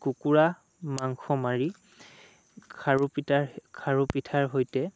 কুকুৰা মাংস মাৰি খাৰু পিটাৰ খাৰু পিঠাৰ সৈতে